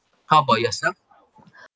how about yourself